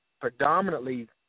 predominantly